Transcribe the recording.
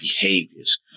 behaviors